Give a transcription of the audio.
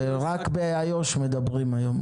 רק על יהודה ושומרון מדברים היום,